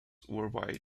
worldwide